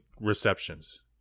receptions